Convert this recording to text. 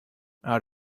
out